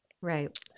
Right